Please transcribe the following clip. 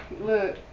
Look